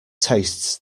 tastes